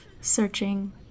searching